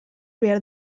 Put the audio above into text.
behar